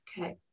Okay